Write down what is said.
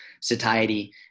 satiety